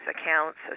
accounts